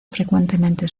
frecuentemente